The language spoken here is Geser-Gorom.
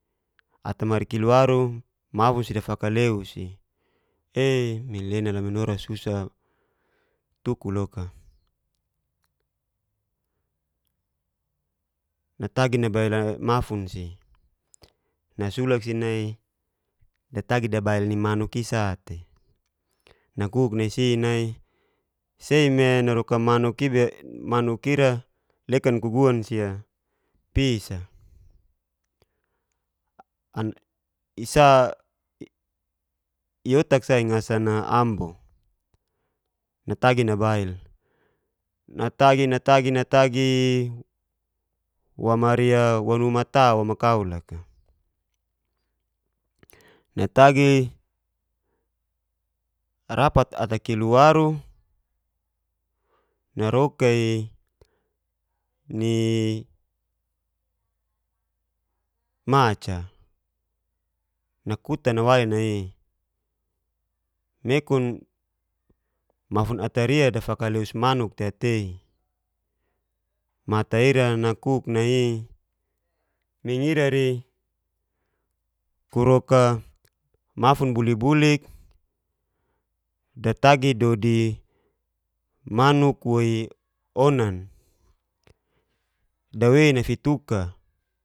Ata mari kilwaru mafunsi dafakleuf, ee minlena laminora susa tukuloka. natagi nabail mafunsi nasulak sinai datagi nabail ni manuk'i sa'te nakuk nai si nai. sei me naroka manuk ira lekan ku guansia pis'a. iotak sa ni ngasan ambo natagi nabil natagi natagi natagi wamari wanu mata womakau laka, natagi rapat ata kilwaru naroka'i ni ma'ca nakutan nawai nai'i mekun mfun ataria dafakaleus manuk te tei. mata ira nakuk nai'i mingirari kurok mafun bulibulik datagi dodi manuk woi onan dawei nafituka.